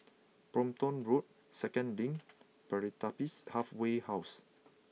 Brompton Road Second Link Pertapis Halfway House